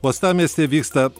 uostamiesty vyksta